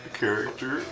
character